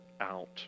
out